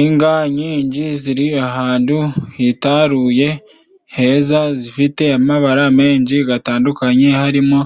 Inga nyinji ziri ahantu hitaruye heza zifite amabara menshi gatandukanye, harimo